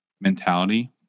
mentality